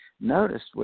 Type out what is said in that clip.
Noticed